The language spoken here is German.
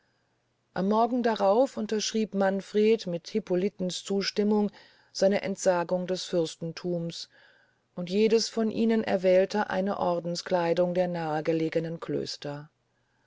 am morgen darauf unterschrieb manfred mit hippolitens zustimmung seine entsagung des fürstenthums und jedes von ihnen erwählte eine ordenskleidung der nahgelegenen klöster